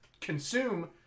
consume